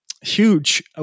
huge